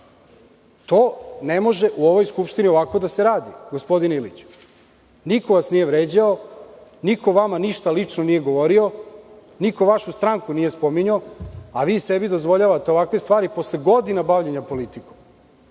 To ne može u ovoj skupštini ovako da se radi, gospodine Iliću. Niko vas nije vređao, niko vama ništa lično nije govorio i niko vašu stranku nije spominjao, a vi sebi dozvoljavate ovakve stvari posle toliko godina bavljenja politikom.